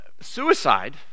suicide